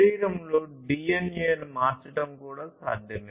శరీరంలోని డీఎన్ఏను మార్చడం కూడా సాధ్యమే